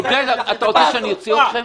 --- עודד, אתה רוצה שאני אוציא אתכם?